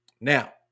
Now